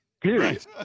Period